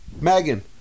Megan